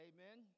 Amen